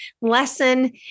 lesson